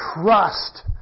trust